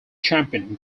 champion